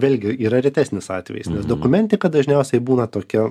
vėlgi yra retesnis atvejis dokumentika dažniausiai būna tokia